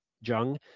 Jung